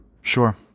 Sure